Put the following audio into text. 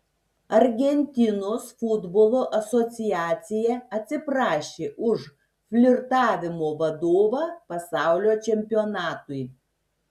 argentinos futbolo asociacija atsiprašė už flirtavimo vadovą pasaulio čempionatui